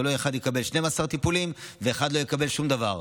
שלא אחד יקבל 12 טיפולים ואחד לא יקבל שום דבר.